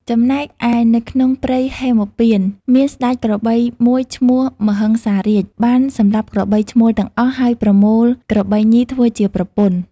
ចំណែកឯនៅក្នុងព្រៃហេមពាន្ត មានស្ដេចក្របីមួយឈ្មោះ មហិង្សារាជ បានសម្លាប់ក្របី ឈ្មោលទាំងអស់ ហើយប្រមូលក្របីញីធ្វើជាប្រពន្ធ។